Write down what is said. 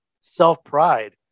self-pride